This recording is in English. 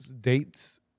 dates